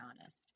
honest